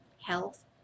health